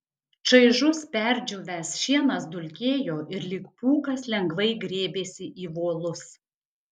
čaižus perdžiūvęs šienas dulkėjo ir lyg pūkas lengvai grėbėsi į volus